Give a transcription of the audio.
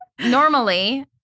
Normally